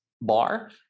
bar